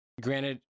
Granted